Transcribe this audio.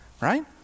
right